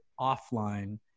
offline